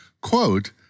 quote